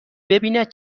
ببیند